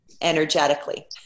energetically